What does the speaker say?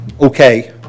okay